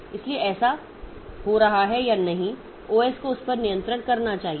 इसलिए ऐसा हो रहा है या नहीं ओएस को उस पर कुछ नियंत्रण करना चाहिए